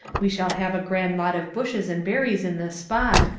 we shall have a grand lot of bushes and berries in this spot,